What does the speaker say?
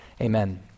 Amen